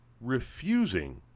refusing